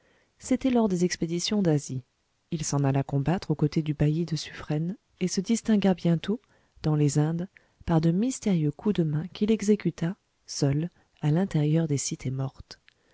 c'était lors des expéditions d'asie il s'en alla combattre aux côtés du bailli de suffren et se distingua bientôt dans les indes par de mystérieux coups de main qu'il exécuta seul à l'intérieur des cités mortes